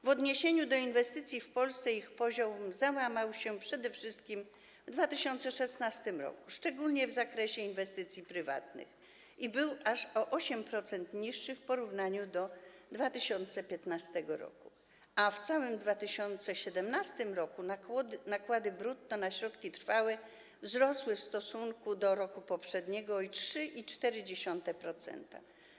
W odniesieniu do inwestycji w Polsce powiem, że ich poziom załamał się przede wszystkim w 2016 r., szczególnie w zakresie inwestycji prywatnych, i był aż o 8% niższy w porównaniu do 2015 r., a w całym 2017 r. nakłady brutto na środki trwałe wzrosły w stosunku do roku poprzedniego o 3,4%.